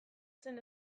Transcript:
zen